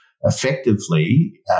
effectively